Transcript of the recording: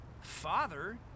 Father